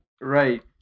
Right